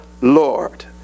Lord